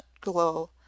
glow